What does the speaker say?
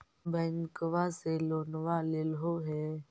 बैंकवा से लोनवा लेलहो हे?